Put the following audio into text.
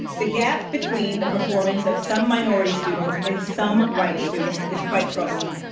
the gap between the performance of some minority students and some white students is quite troubling,